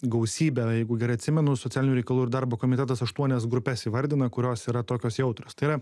gausybė jeigu gerai atsimenu socialinių reikalų ir darbo komitetas aštuonias grupes įvardina kurios yra tokios jautrios tai yra